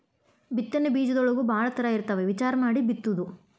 ಬಿತ್ತನೆ ಬೇಜದೊಳಗೂ ಭಾಳ ತರಾ ಇರ್ತಾವ ವಿಚಾರಾ ಮಾಡಿ ಬಿತ್ತುದು